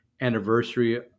anniversary